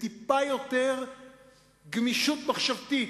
בטיפה יותר גמישות מחשבתית